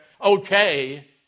okay